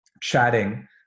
chatting